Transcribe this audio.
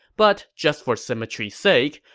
but just for symmetry's sake,